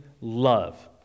love